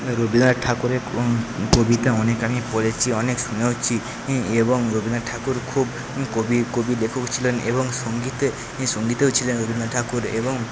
রবীন্দ্রনাথ ঠাকুরের কবিতা অনেক আমি পড়েছি এবং অনেক শুনেওছি এবং রবীন্দ্রনাথ ঠাকুর খুব কবি কবি লেখক ছিলেন এবং সঙ্গীতে সঙ্গীতেও ছিলেন রবীন্দ্রনাথ ঠাকুর এবং